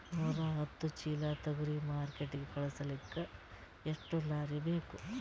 ನೂರಾಹತ್ತ ಚೀಲಾ ತೊಗರಿ ಮಾರ್ಕಿಟಿಗ ಕಳಸಲಿಕ್ಕಿ ಎಷ್ಟ ಲಾರಿ ಬೇಕು?